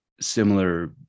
similar